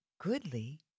Goodly